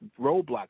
roadblocks